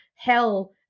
hell